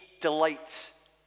delights